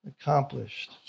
Accomplished